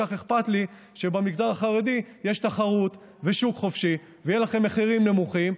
כך אכפת לי שבמגזר החרדי יש תחרות ושוק חופשי ויהיו לכם מחירים נמוכים,